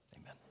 Amen